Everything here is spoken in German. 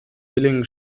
villingen